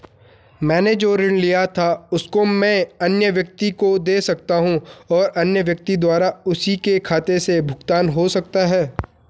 मैंने जो ऋण लिया था उसको मैं अन्य व्यक्ति को दें सकता हूँ और अन्य व्यक्ति द्वारा उसी के खाते से भुगतान हो सकता है?